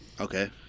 Okay